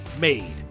made